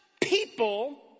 people